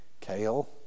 Kale